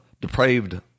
depraved